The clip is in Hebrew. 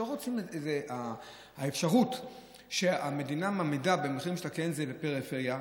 שלא רוצים את האפשרות שהמדינה מעמידה במחיר למשתכן שזה בפריפריה,